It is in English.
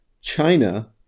China